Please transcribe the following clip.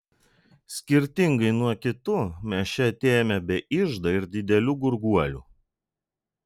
skirtingai nuo kitų mes čia atėjome be iždo ir didelių gurguolių